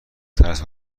ترس